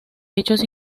hechos